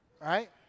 Right